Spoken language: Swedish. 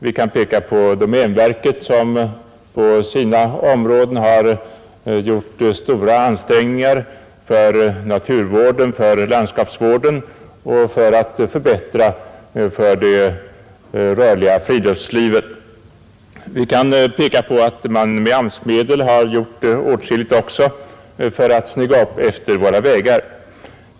Vi kan peka på domänverket, som på sina områden har gjort stora ansträngningar för naturvård och landskapsvård och för att åstadkomma förbättringar för det rörliga friluftslivet. Vi kan också peka på att man med AMS-medel gjort åtskilligt för att snygga upp efter våra vägar.